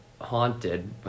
haunted